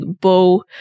bow